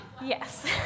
Yes